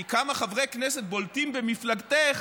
כי כמה חברי כנסת בולטים במפלגתך